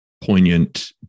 poignant